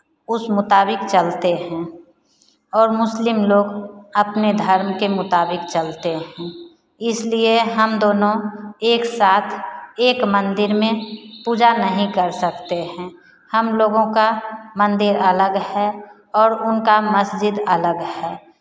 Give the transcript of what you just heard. उस मुताबिक चलते हैं और मुस्लिम लोग अपने धर्म के मुताबिक चलते हैं इसलिए हम दोनों एक साथ एक मंदिर में पूजा नहीं कर सकते हैं हम लोगों का मंदिर अलग है और उनका मस्ज़िद अलग है